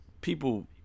people